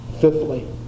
Fifthly